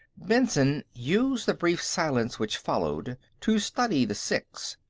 benson used the brief silence which followed to study the six.